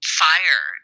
fire